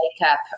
makeup